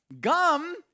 gum